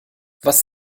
was